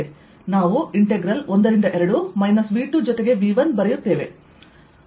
ನಾವು ಇಂಟೆಗ್ರಲ್ 1 ರಿಂದ 2 -V ಜೊತೆಗೆ V ಬರೆಯುತ್ತೇವೆ